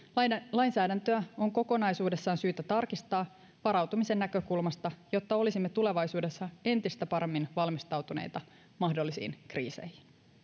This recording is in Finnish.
lainsäädäntöä on kokonaisuudessaan syytä tarkistaa varautumisen näkökulmasta jotta olisimme tulevaisuudessa entistä paremmin valmistautuneita mahdollisiin kriiseihin